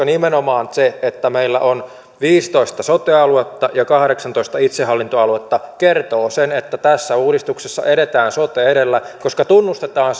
nimenomaan se että meillä on viisitoista sote aluetta ja kahdeksantoista itsehallintoaluetta kertoo sen että tässä uudistuksessa edetään sote edellä koska tunnustetaan